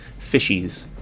fishies